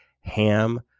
Ham